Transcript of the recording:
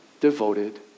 devoted